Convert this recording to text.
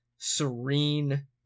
serene